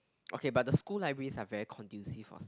okay but the school libraries are very conducive for